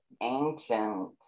ancient